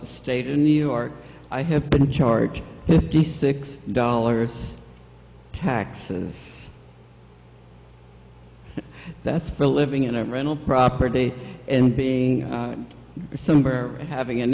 the state in new york i have been in charge fifty six dollars taxes that's for living in a rental property and being somewhere having an